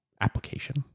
application